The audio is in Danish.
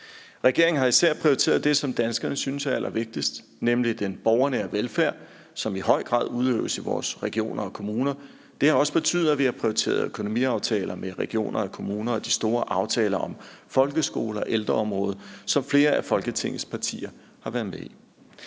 Regeringen har især prioriteret det, som danskerne synes er allervigtigst, nemlig den borgernære velfærd, som i høj grad udøves i vores regioner og kommuner. Det har også betydet, at vi har prioriteret økonomiaftaler med regioner og kommuner og de store aftaler om folkeskoler og ældreområdet, som flere af Folketingets partier har været med i.